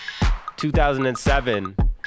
2007